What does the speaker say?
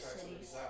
Cities